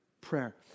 prayer